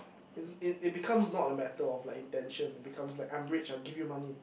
is it it becomes not a matter of like intention it becomes like I'm rich I'll give you money